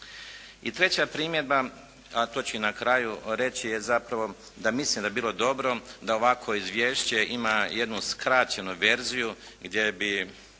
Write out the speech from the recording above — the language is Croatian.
I treća primjedba, a to ću i na kraju reći je zapravo da mislim da bi bilo dobro da ovakvo Izvješće ima jednu skraćenu verziju gdje bi